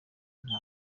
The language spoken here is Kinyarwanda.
nta